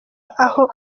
aho